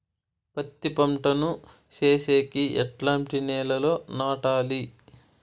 పత్తి పంట ను సేసేకి ఎట్లాంటి నేలలో నాటాలి?